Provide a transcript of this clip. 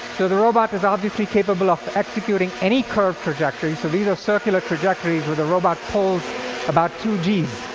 so the robot is obviously capable of executing any curve trajectory. so these are circular trajectories, where the robot pulls about two g's.